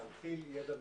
להנחיל ידע מקצועי,